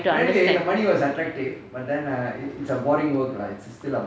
I understand